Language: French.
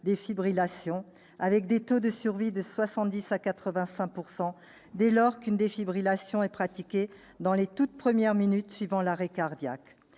défibrillation, avec des taux de survie de 70 % à 85 % dès lors qu'une défibrillation est pratiquée dans les toutes premières minutes suivant l'arrêt cardiaque.